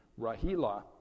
Rahila